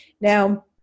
Now